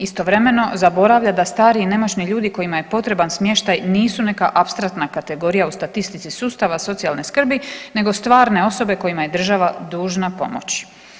Istovremeno zaboravlja da stari nemoćni ljudi kojima je potreban smještaj nisu neka apstraktna kategorija u statistici sustava socijalne skrbi, nego stvarne osobe kojima je država dužna pomoći.